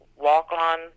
walk-on